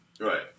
Right